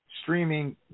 Streaming